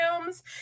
films